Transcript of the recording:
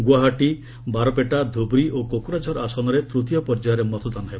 ଗୁଆହାଟୀ ବାରପେଟା ଧୁବ୍ରୀ ଓ କୋକ୍ରାଝର ଆସନରେ ତୃତୀୟ ପର୍ଯ୍ୟାୟରେ ମତଦାନ ହେବ